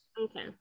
Okay